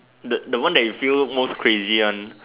the the one that you feel most crazy one